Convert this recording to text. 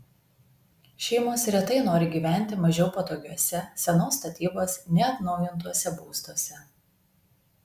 šeimos retai nori gyventi mažiau patogiuose senos statybos neatnaujintuose būstuose